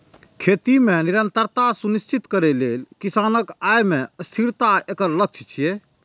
खेती मे निरंतरता सुनिश्चित करै लेल किसानक आय मे स्थिरता एकर लक्ष्य छियै